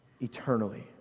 eternally